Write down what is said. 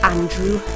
Andrew